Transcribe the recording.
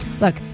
Look